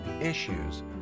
issues